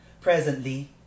Presently